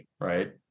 right